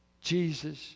Jesus